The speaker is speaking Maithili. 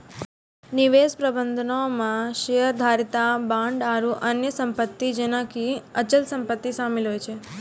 निवेश प्रबंधनो मे शेयरधारिता, बांड आरु अन्य सम्पति जेना कि अचल सम्पति शामिल होय छै